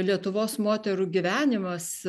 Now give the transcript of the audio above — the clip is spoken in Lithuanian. lietuvos moterų gyvenimas